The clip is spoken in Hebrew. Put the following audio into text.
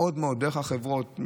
דרך החברות,